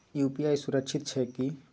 UPI सुरक्षित छै की?